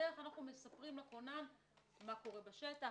בדרך אנחנו מספרים לכונן מה קורה בשטח,